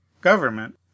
government